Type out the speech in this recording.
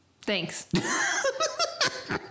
Thanks